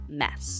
mess